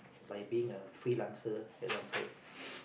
by being a freelancer example